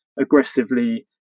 aggressively